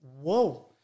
Whoa